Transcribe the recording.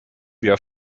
wir